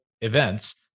events